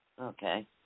Okay